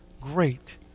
great